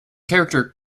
character